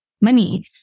money